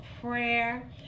prayer